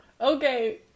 Okay